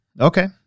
Okay